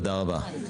תודה רבה.